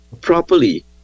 properly